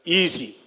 easy